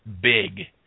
big